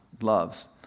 loves